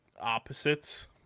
opposites